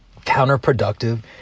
counterproductive